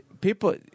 People –